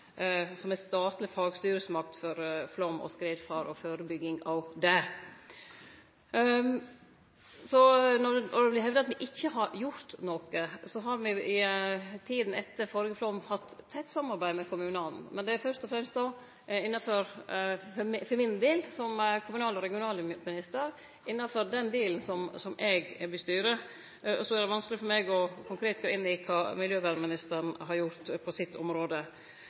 som er statleg fagstyresmakt for flaum og skredfare og førebygging av det. Så når det vert hevda at me ikkje har gjort noko, vil eg seie at me i tida etter førre flaum har hatt tett samarbeid med kommunane, men det er først og fremst for min del som kommunal- og regionalminister innanfor den delen som eg styrer. Så er det vanskeleg for meg konkret å gå inn i kva miljøvernministeren har gjort på sitt område.